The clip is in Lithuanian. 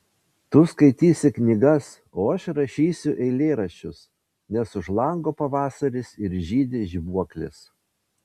tu skaitysi knygas o aš rašysiu eilėraščius nes už lango pavasaris ir žydi žibuoklės